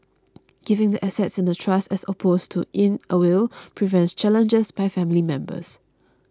giving the assets in a trust as opposed to in a will prevents challenges by family members